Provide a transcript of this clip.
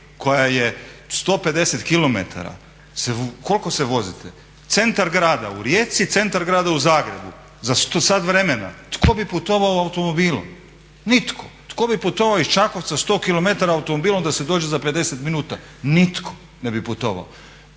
koja je 150 km koliko se vozite? Centar grada u Rijeci, centar grada u Zagrebu za sat vremena? Tko bi putovao automobilom? Nitko! Tko bi putovao iz Čakovca 100 km automobilom da se dođe za 50 minuta? Nitko ne bi putovao.